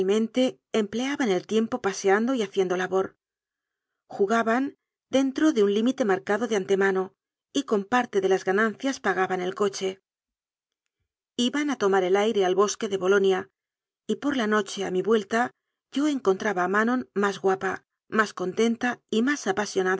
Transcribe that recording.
empleaban el tiempo paseando y haciendo labor jugaban dentro de un límite marcado de antema no y con parte de las ganancias pagaban el coche iban a tomar el aire al bosque de bolonia y por la noche a mi vuelta yo encontraba a manon más guapa más contenta y más